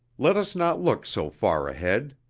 let us not look so far ahead!